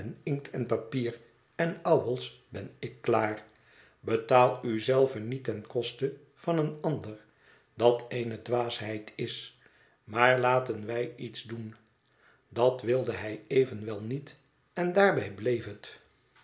inkt en papier en ouwels ben ik klaar betaal u zelven niet ten koste van een ander dat eene dwaasheid is maar laten wij iets doen dat wilde hij evenwel niet en daarbij bleef het